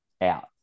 Out